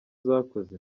zakoze